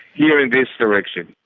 here in this direction.